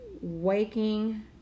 Waking